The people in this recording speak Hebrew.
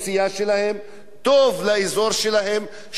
טוב לאזור שלהם, שלום באזור שלהם.